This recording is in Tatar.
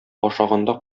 ашаганда